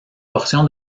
portion